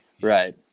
Right